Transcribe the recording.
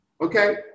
Okay